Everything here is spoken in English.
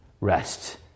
Rest